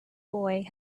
boy